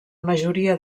majoria